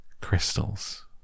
crystals